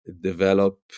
Develop